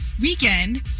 weekend